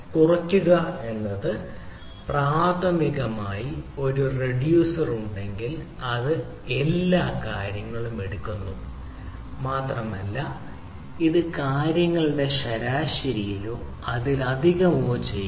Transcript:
കുറയ്ക്കുക എന്നത് പ്രാഥമികമായി ഒരു റിഡ്യൂസർ ഉണ്ടെങ്കിൽ അത് എല്ലാ കാര്യങ്ങളും എടുക്കുന്നു മാത്രമല്ല ഇത് കാര്യങ്ങളുടെ ശരാശരിയോ അതിലധികമോ ചെയ്യുന്നു